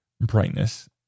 brightness